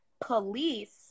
police